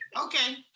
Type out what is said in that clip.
Okay